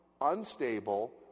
unstable